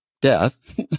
death